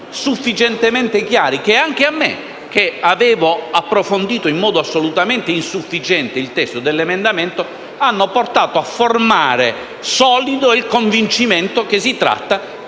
sufficientemente chiari che, anche a me che avevo approfondito in modo assolutamente insufficiente il testo dell'emendamento, hanno portato a formare un solido convincimento che si tratti